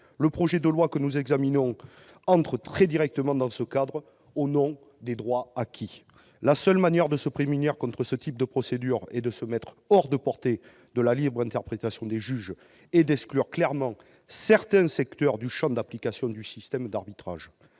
Le projet de loi que nous examinons entre très directement dans ce cadre, au nom des droits acquis. La seule manière de se prémunir contre ce type de procédures est de se mettre hors de portée de la libre interprétation des juges et d'exclure clairement certains secteurs du champ d'application du système d'arbitrage.